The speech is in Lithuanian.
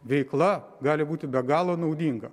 veikla gali būti be galo naudinga